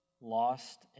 lost